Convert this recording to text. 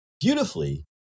beautifully